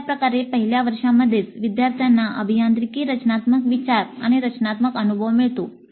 अशाप्रकारे पहिल्या वर्षामध्येच विद्यार्थ्यांना अभियांत्रिकी रचनात्मक विचार आणि रचनात्मक अनुभव मिळतो